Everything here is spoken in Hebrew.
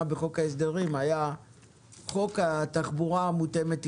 בחוק ההסדרים היה חוק התחבורה המותאמת אישית,